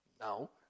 No